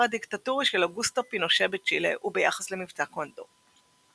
הדיקטטורי של אוגוסטו פינושה בצ'ילה וביחס למבצע קונדור.